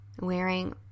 Wearing